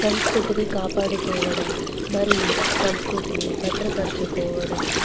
సంస్కృతిని కాపాడుకోవడం మరియు సంస్కృతిని భద్రపరచుకోవడం